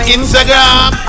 Instagram